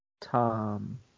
Tom